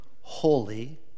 holy